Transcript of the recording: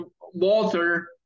Walter